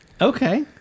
Okay